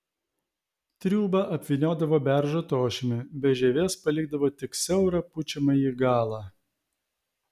triūbą apvyniodavo beržo tošimi be žievės palikdavo tik siaurą pučiamąjį galą